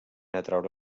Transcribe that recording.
atraure